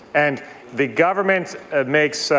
and the government makes